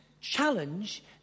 challenge